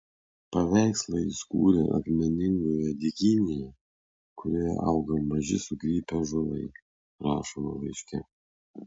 paveikslą jis kūrė akmeningoje dykynėje kurioje auga maži sukrypę ąžuolai rašoma laiške